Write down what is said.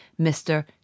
Mr